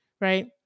right